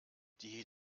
die